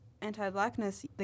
anti-blackness